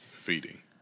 feeding